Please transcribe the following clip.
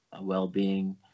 well-being